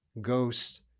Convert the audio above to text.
ghosts